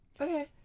Okay